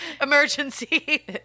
emergency